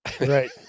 Right